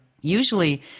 usually